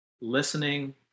listening